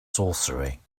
sorcery